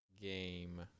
game